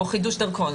או חידוש דרכון.